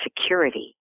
security